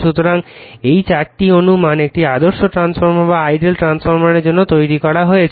সুতরাং এই 4টি অনুমান একটি আদর্শ ট্রান্সফরমারের জন্য তৈরি করা হয়েছে